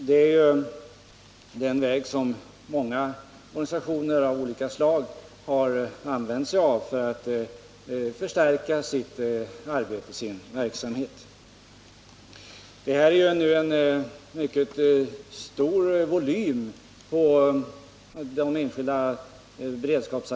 Det är ju också den vägen många organisationer har valt för att effektivisera sin verksamhet. De enskilda beredskapsarbetenas volym är ganska stor.